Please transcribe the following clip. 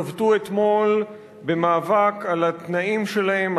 שבתו אתמול במאבק על התנאים שלהם,